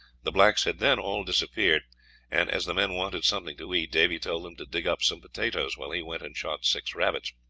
the blacks had then all disappeared and, as the men wanted something to eat, davy told them to dig up some potatoes, while he went and shot six rabbits.